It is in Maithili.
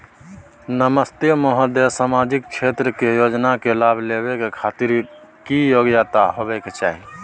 नमस्ते महोदय, सामाजिक क्षेत्र के योजना के लाभ लेबै के खातिर की योग्यता होबाक चाही?